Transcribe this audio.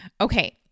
Okay